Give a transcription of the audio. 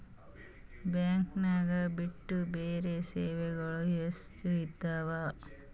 Banking ಬಿಟ್ಟು ಬೇರೆ ಸೇವೆಗಳು ಯೂಸ್ ಇದಾವ?